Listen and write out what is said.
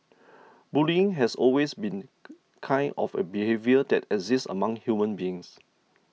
bullying has always been kind of a behaviour that exists among human beings